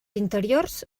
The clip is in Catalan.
interiors